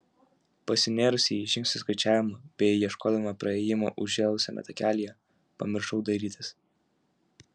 pasinėrusi į žingsnių skaičiavimą bei ieškodama praėjimo užžėlusiame takelyje pamiršau dairytis